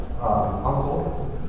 uncle